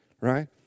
right